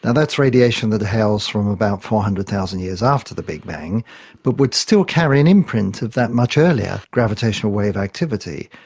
that's radiation that hails from about four hundred thousand years after the big bang but would still carry an imprint of that much earlier gravitational wave activity.